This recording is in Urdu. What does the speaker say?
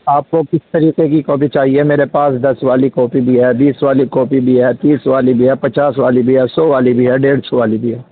آپ کو کس طریقے کی کاپی چاہیے میرے پاس دس والی کاپی بھی ہے بیس والی کاپی بھی ہے تیس والی بھی ہے تیس والی بھی ہے پچاس والی بھی ہے سو والی بھی ہے ڈیڑھ سو والی بھی ہے